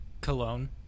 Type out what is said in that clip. Cologne